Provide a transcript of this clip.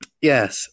yes